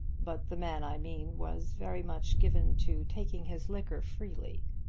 but the man i mean was very much given to taking his liquor freely.